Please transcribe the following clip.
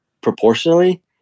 proportionally